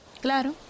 Claro